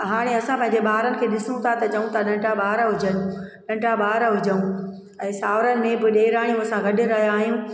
हाणे असां पंहिंजे ॿारनि खे ॾिसूं था त चऊं था नंढा ॿार हुजनि नंढा ॿार हुजूं ऐं सावरनि में बि डेराणियूं असां गॾु रहिया आहियूं